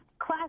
Class